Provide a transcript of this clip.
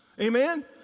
Amen